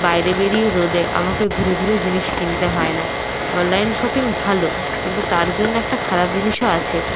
বাইরে বেরিয়ে রোদে আমাকে ঘুরে ঘুরে জিনিস কিনতে হয় না অনলাইন শপিং ভালো কিন্তু তার জন্য একটা খারাপ জিনিসও আছে